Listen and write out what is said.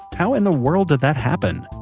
how in the world did that happen?